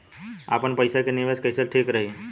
आपनपईसा के निवेस कईल ठीक रही का?